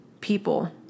people